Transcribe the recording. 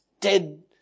dead